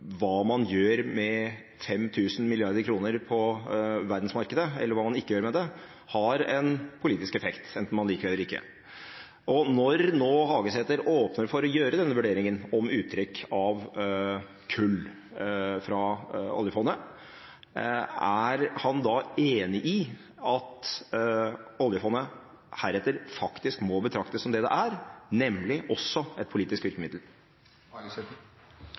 hva man gjør med 5 000 mrd. kr på verdensmarkedet, eller hva man ikke gjør med det, har en politisk effekt, enten man liker det eller ikke. Når nå Hagesæter åpner for å gjøre denne vurderingen om uttrekk av kull fra oljefondet, er han da enig i at oljefondet heretter faktisk må betraktes som det det er, nemlig også et politisk